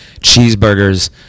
cheeseburgers